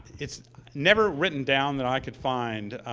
it's never written down that i could find.